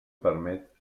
permet